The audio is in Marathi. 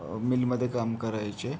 मिलमध्ये काम करायचे